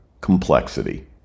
Complexity